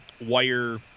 wire